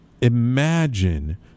imagine